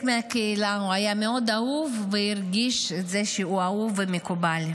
הוא היה מאוד אהוב והרגיש את זה שהוא אהוב ומקובל.